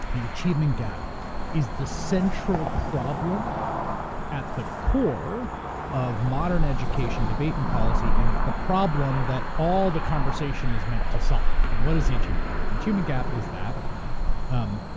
the achievement gap is the central problem at the core of modern education debate and policy, and it's the problem that all the conversation is meant to solve. and what is the achievement gap? the achievement gap is that um